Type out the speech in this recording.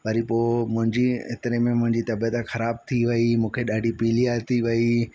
वरी पोइ मुंहिंजी एतिरे में मुंजी तबीअत ख़राब थी वई मूंखे ॾाढी पीलिया थी वई